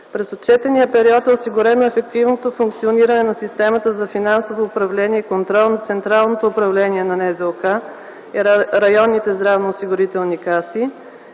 През отчетния период е осигурено ефективното функциониране на системата за финансово управление и контрол на Централното управление на НЗОК и Районните здравноосигурителни каси